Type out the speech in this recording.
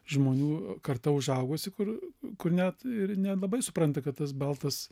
žmonių karta užaugusi kur kur net ir nelabai supranta kad tas baltas